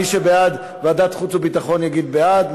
מי שבעד ועדת חוץ וביטחון יצביע בעד,